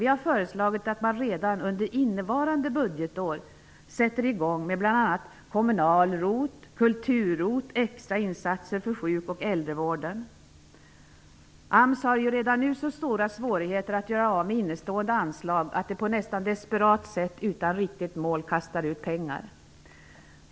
Vi har föreslagit att man redan under innevarande budgetår sätter i gång med bl.a. kommunala ROT AMS har ju redan nu så stora svårigheter att göra av med innestående anslag att man på ett nästan desperat sätt utan riktigt mål kastar ut pengar.